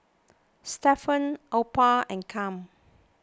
Stephan Opal and Cam